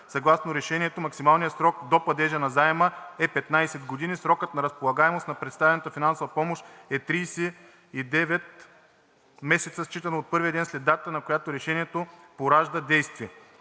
Съгласно решението максималният среден срок до падежа на заема е 15 години. Срокът на разполагаемост на предоставената финансова помощ е 39 месеца, считано от първия ден след датата, на която решението поражда действие.